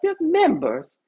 members